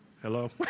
hello